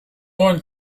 one